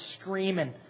screaming